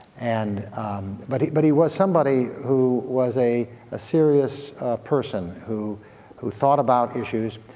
and but he but he was somebody who was a ah serious person who who thought about issues,